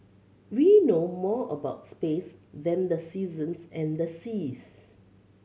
we know more about space than the seasons and the seas